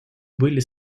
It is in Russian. были